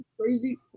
Crazy